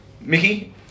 Mickey